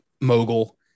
mogul